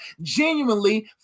genuinely